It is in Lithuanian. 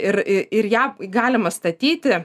ir ir ją galima statyti